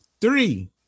three